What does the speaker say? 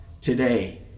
today